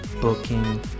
booking